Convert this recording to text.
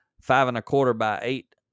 five-and-a-quarter-by-eight